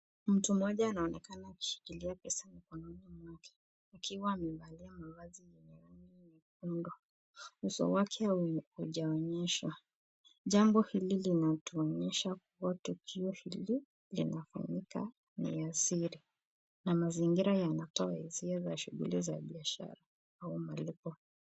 Mtu mmoja anaonekana akishikilia pesa mkononi mwake, akiwa amevalia mavazi yenye rangi nyekundu. Uso wake haujaonyeshwa. Jambo hili linatuonyesha kuwa tukio hili linafanyika ni ya siri, na mazingira yanatoa hisia za biashara au malipo.